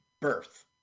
birth